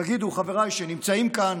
תגידו, חבריי שנמצאים כאן